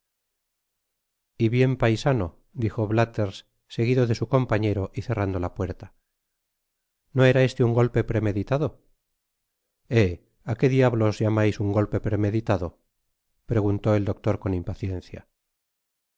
y bien paisano dijo blathers seguido de su compañero y cerrando la puerta no era este un golpe premeditado eh á qué diablos llamais un golpe premeditado preguntó el doctor con impaciencia